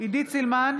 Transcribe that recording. עידית סילמן,